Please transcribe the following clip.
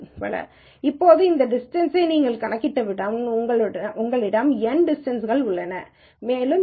எனவே இந்த டிஸ்டன்ஸை நீங்கள் கணக்கிட்டவுடன் உங்களிடம் n டிஸ்டன்ஸ் கள் உள்ளன மேலும் ஒரு கே